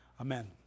Amen